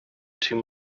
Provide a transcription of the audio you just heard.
too